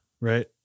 right